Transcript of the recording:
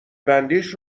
بندیش